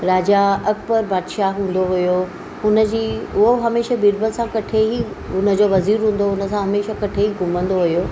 राजा अकबर बादशाह हूंदो हुओ हुनजी उहो हमेशह बीरबल सां इकठे ही हुनजो वज़ीरु हूंदो हुओ हुनसां हमेशह इकठे ही घुमंदो हुओ